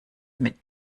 mit